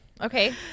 Okay